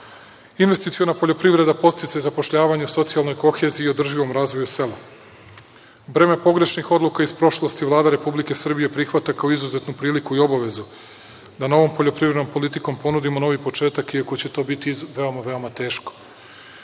razlike. Investiciona poljoprivreda, podsticaj zapošljavanju, socijalnoj koheziji i održivom razvoju sela. Breme pogrešnih odluka iz prošlosti Vlada Republike Srbije prihvata kao izuzetnu priliku i obavezu da novom poljoprivrednom politikom ponudimo novi početak, iako će to biti veoma, veoma teško.